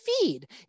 feed